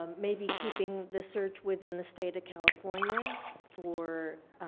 um maybe keeping the search within the state of california for